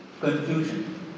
confusion